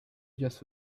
just